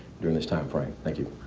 during this time frame. thank you.